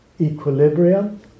equilibrium